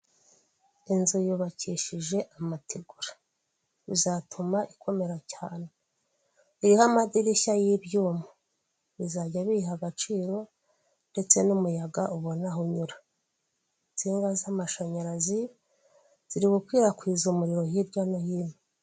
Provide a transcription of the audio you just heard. Inzu yubakishije amategura, bizatuma ikomera cyane, iriho amadirishya y'ibyuma bizajya biyiha agaciro ndetse n'umuyaga ubona aho unyura, insinga z'amashanyarazi ziri gukwirakwiza umuriro hirya no hino.